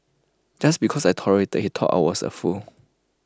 just because I tolerated he thought I was A fool